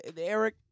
Eric